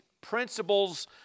principles